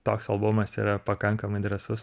toks albumas yra pakankamai drąsus